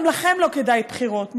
גם לכם לא כדאי בחירות,